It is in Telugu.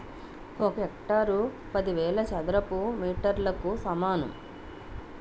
ఒక హెక్టారు పదివేల చదరపు మీటర్లకు సమానం